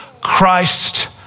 Christ